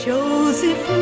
Joseph